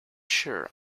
sure